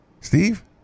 Steve